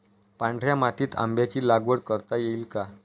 पांढऱ्या मातीत आंब्याची लागवड करता येईल का?